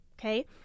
Okay